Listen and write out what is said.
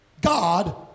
God